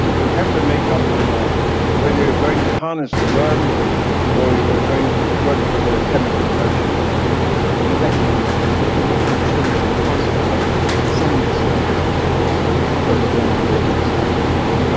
you have to make up your mind whether you are going to harness the worm or you are going to work for the chemical merchant you recommend that if we plant trees in hostile sandy soils we should also cover the ground with stone as well. well,